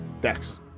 Dex